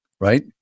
right